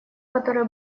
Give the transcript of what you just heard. которое